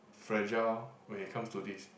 fragile when it comes to this